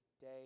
day